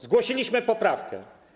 Zgłosiliśmy poprawkę.